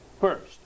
First